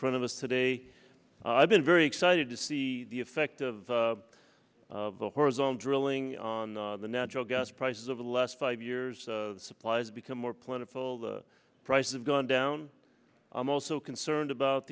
front of us today i've been very excited to see the effect of the horizontal drilling on the natural gas prices over the last five years supplies become more plentiful the price is gone down i'm also concerned about